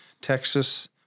Texas